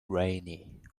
rainy